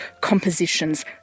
compositions